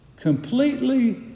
Completely